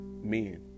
men